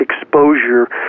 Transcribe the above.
exposure